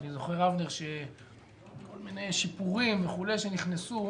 אני זוכר, אבנר, כל מיני שיפורים וכו' שנכנסו.